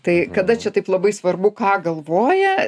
tai kada čia taip labai svarbu ką galvoja